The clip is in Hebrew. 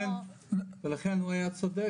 ולכן הוא היה צודק,